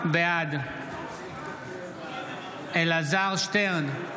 בעד אלעזר שטרן,